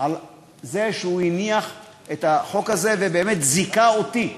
על זה שהוא הניח את החוק הזה ובאמת זיכה אותי,